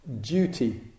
duty